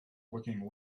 looking